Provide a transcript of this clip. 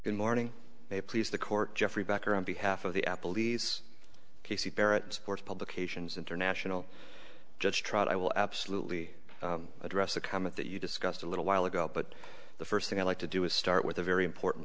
learning they please the court jeffrey becker on behalf of the applebee's casey barrett sports publications international just tried i will absolutely address the comment that you discussed a little while ago but the first thing i like to do is start with a very important